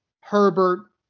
Herbert